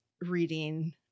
reading